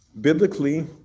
biblically